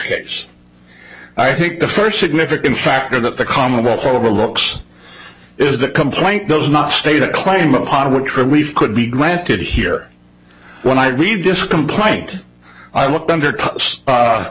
case i think the first significant factor that the commonwealth overlooks is the complaint those not state a claim upon what relief could be granted here when i read this complaint i looked under